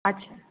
अच्छा